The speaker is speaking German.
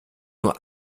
nur